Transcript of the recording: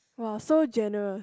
!wah! so generous